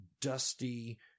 dusty